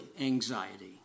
anxiety